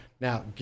now